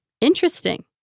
Interesting